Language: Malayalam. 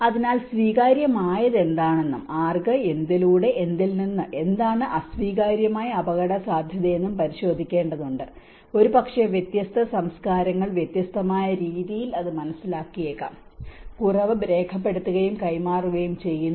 അതിനാൽ സ്വീകാര്യമായത് എന്താണെന്നും ആർക്ക് എന്തിലൂടെ എന്തിൽ നിന്ന് ഏതാണ് അസ്വീകാര്യമായ അപകടസാധ്യതയെന്നും പരിശോധിക്കേണ്ടതുണ്ട് ഒരുപക്ഷെ വ്യത്യസ്ത സംസ്കാരങ്ങൾ വ്യത്യസ്തമായ രീതിയിൽ അത് മനസ്സിലാക്കിയേക്കാം കുറവ് രേഖപ്പെടുത്തുകയും കൈമാറുകയും ചെയ്യുന്നു